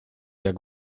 jak